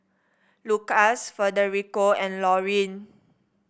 Lukas Federico and Lorine